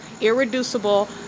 irreducible